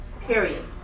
period